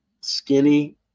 skinny